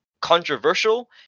controversial